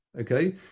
Okay